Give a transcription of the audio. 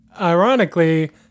ironically